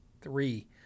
three